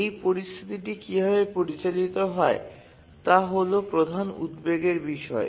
এই পরিস্থিতিটি কীভাবে পরিচালিত হয় তা হল প্রধান উদ্বেগের বিষয়